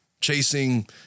chasing